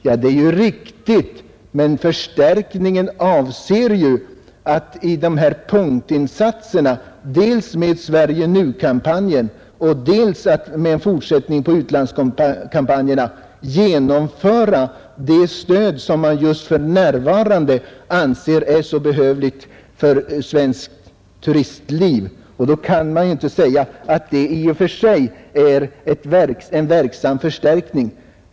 Ja, det är riktigt, men förstärkningen avser att med hjälp av dessa punktinsatser, dels ”Sverige Nu”-kampanjen och dels en fortsättning av utlandskampanjerna, ge det stöd som just för närvarande anses synnerligen behövligt för svenskt turistliv. Då kan man inte säga att det i och för sig är en verksam förstärkning.